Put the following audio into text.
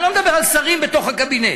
אני לא מדבר על שרים בתוך הקבינט,